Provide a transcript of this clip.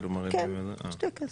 כן, יש טקס